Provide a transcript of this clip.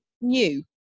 new